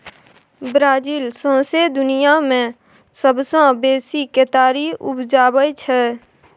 Brazil सौंसे दुनियाँ मे सबसँ बेसी केतारी उपजाबै छै